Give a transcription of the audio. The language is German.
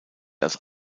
als